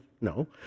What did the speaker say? No